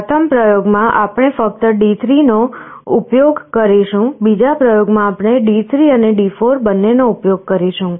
પ્રથમ પ્રયોગમાં આપણે ફક્ત D3 નો ઉપયોગ કરીશું બીજા પ્રયોગમાં આપણે D3 અને D4 બંનેનો ઉપયોગ કરીશું